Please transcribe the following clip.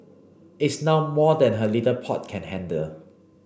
it's now more than her little pot can handle